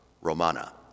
Romana